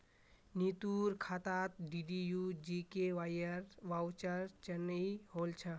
नीतूर खातात डीडीयू जीकेवाईर वाउचर चनई होल छ